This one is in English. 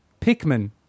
Pikmin